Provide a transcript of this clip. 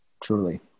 Truly